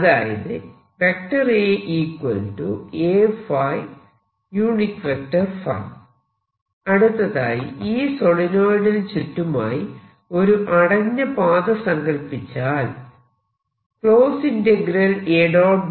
അതായത് അടുത്തതായി ഈ സോളിനോയിഡിന് ചുറ്റുമായി ഒരു അടഞ്ഞ പാത സങ്കൽപ്പിച്ച് A